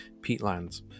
peatlands